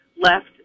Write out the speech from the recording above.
left